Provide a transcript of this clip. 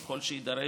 ככל שיידרש,